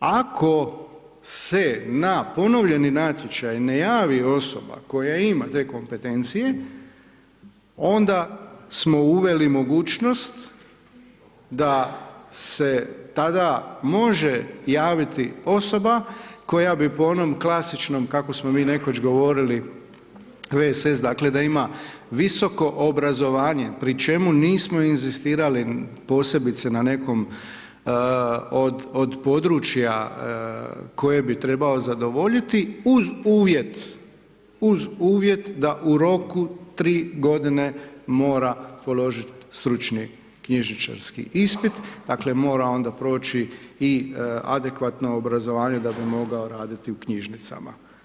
Ako se na ponovljeni natječaj ne javi osoba koja ima te kompetencije onda smo uveli mogućnost da se tada može javiti osoba koja bi po onom klasičnom kako smo mi nekoć govorili VSS dakle da ima visoko obrazovanje pri čemu nismo inzistirali posebice na nekom od područja koje bi trebao zadovoljiti uz uvjet da u roku 3 godine mora položiti stručni knjižničarski ispit, dakle mora onda proći i adekvatno obrazovanje da bi mogao raditi u knjižnicama.